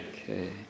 Okay